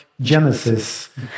Genesis